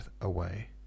away